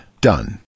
done